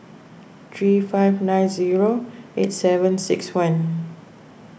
three five nine zero eight seven six one